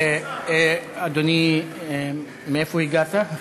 אדוני, מאיפה הגעת?